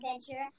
adventure